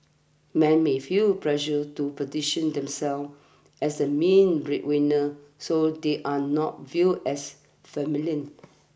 men may feel pressured to position themselves as the main breadwinner so they are not viewed as feminine